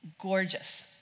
gorgeous